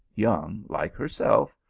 young like herself,